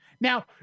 now